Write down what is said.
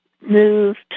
moved